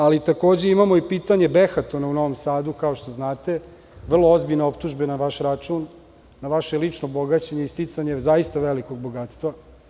Ali, takođe imamo i pitanje Behatona u Novom Sadu, kao što znate, vrlo ozbiljne optužbe na vaš račun, na vaše lično bogaćenje i sticanje zaista velikog bogatstva.